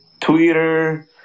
Twitter